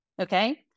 Okay